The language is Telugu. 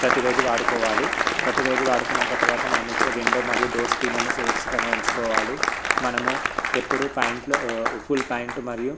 ప్రతిరోజు వాడుకోవాలి ప్రతిరోజు వాడుకునాంకా తర్వాత మనం విండో మరియు డోర్ స్క్రీన్లను సుద్ధంగా ఉంచుకోవాలి మనము ఎప్పుడూ ప్యాంట్లు ఫుల్ ప్యాంటు మరియు